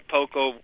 Poco